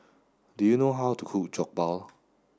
do you know how to cook Jokbal